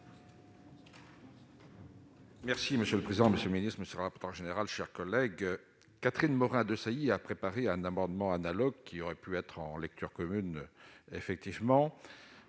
monsieur le président, Monsieur le Ministre ne sera pas en général, chers collègues, Catherine Morin-Desailly a préparé un amendement analogues qui auraient pu être en lecture commune effectivement